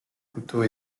couteau